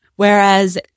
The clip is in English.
Whereas